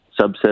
subset